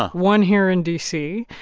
one here in d c.